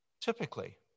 Typically